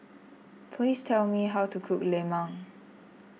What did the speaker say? please tell me how to cook Lemang